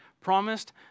promised